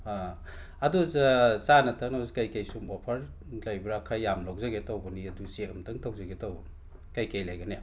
ꯑꯥ ꯑꯗꯣ ꯆꯥꯅ ꯊꯛꯅꯕꯁꯤ ꯀꯩ ꯀꯩ ꯁꯨꯝ ꯑꯣꯐꯔ ꯂꯩꯕ꯭ꯔꯥ ꯈꯔ ꯌꯥꯝ ꯂꯧꯖꯒꯦ ꯇꯧꯕꯅꯤ ꯑꯗꯨ ꯆꯦꯛ ꯑꯝꯇꯪ ꯇꯧꯖꯒꯦ ꯇꯧꯕ ꯀꯩ ꯀꯩ ꯂꯩꯒꯅꯤ